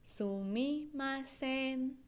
Sumimasen